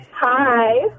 Hi